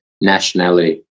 nationality